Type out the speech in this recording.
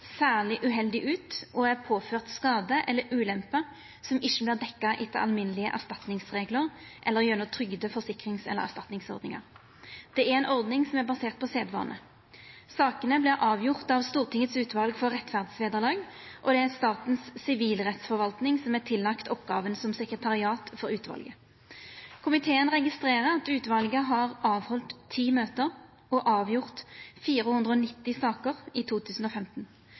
særleg uheldig ut og er påført skade eller ulempe som ikkje vert dekka etter alminnelege erstatningsreglar eller gjennom trygde-, forsikrings- eller erstatningsordningar. Det er ei ordning som er basert på sedvane. Sakene vert avgjorde av Stortingets utval for rettferdsvederlag, og det er statens sivilrettsforvalting som er tillagt oppgåva som sekretariat for utvalet. Komiteen registrerer at utvalet har halde ti møter og avgjort 490 saker i 2015.